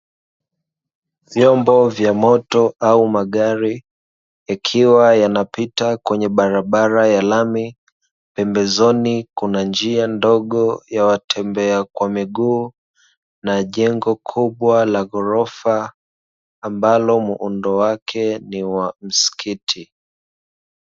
Vyombo vya moto au magari ikiwa yanapita kwenye barabara ya lami, pembezoni kuna njia ndogo ya watembea kwa miguu na jengo kubwa la ghorofa ambalo muundo wake ni wa msikiti.